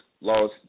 Laws